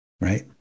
right